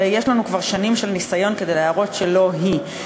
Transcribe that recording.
ויש לנו כבר שנים של ניסיון כדי להראות שלא היא,